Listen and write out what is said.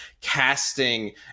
casting